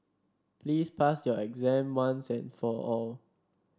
please pass your exam once and for all